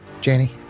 Janie